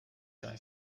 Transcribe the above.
guy